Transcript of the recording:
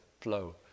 flow